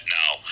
now